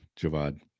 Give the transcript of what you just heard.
javad